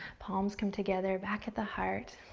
palms come together back at the heart.